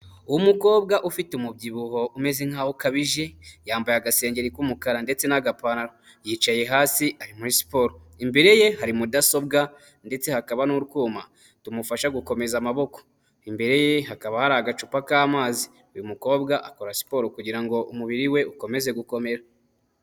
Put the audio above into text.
Umukobwa ufite umubyibuho umeze nk’aho ukabije, yambaye agasengeri k'umukara ndetse n'agapantalo. Yicaye hasi ari muri siporo, imbere ye hari mudasobwa, ndetse hakaba n'utwuma tumufasha gukomeza amaboko, imbere ye hakaba hari agacupa k'amazi. Uyu mukobwa akora siporo kugira ngo umubiri we ukomeze gukomera.